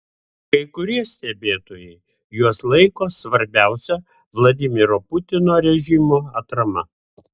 kai kurie stebėtojai juos laiko svarbiausia vladimiro putino režimo atrama